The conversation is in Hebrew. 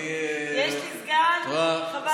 יש לי סגן חבל על הזמן.